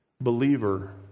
believer